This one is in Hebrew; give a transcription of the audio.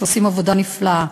שעושים עבודה נפלאה,